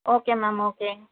okay ma'am okay